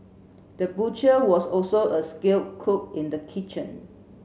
the butcher was also a skilled cook in the kitchen